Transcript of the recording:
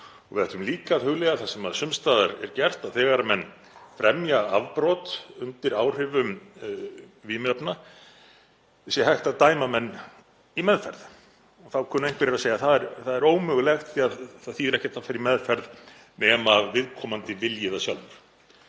Við ættum líka að hugleiða það sem sums staðar er gert, að þegar menn fremja afbrot undir áhrifum vímuefna þá sé hægt að dæma þá í meðferð. Þá kunna einhverjir að segja að það sé ómögulegt því að það þýði ekkert að fara í meðferð nema viðkomandi vilji það sjálfur.